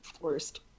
Worst